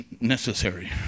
necessary